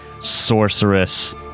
sorceress